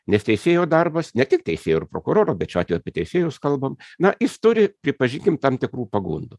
nes teisėjo darbas ne tik teisėjo ir prokuroro bet šiuo atveju apie teisėjus kalbam na jis turi pripažinkim tam tikrų pagundų